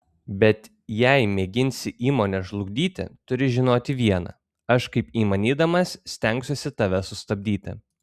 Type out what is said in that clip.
bet jei mėginsi įmonę žlugdyti turi žinoti viena aš kaip įmanydamas stengsiuosi tave sustabdyti